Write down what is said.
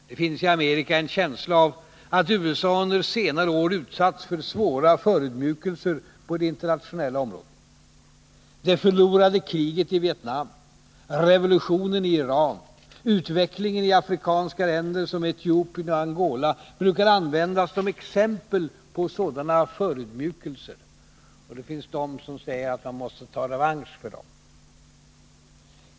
Det finns i Amerika en känsla av att USA under senare år utsatts för svåra förödmjukelser på det internationella området. Det förlorade kriget i Vietnam, revolutionen i Iran, utvecklingen i afrikanska länder som Etiopien och Angola brukar användas som exempel på sådana förödmjukelser. Det finns de som säger att man måste ta revansch för dem.